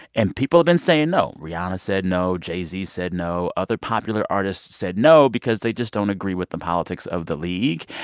and people have been saying no rihanna said no. jay-z said no. other popular artists said no because they just don't agree with the politics of the league.